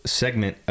segment